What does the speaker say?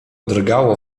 drgało